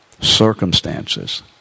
circumstances